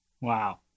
Wow